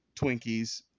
Twinkies